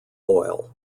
oil